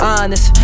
Honest